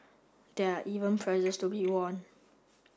there are even prizes to be won